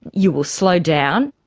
you will slow down,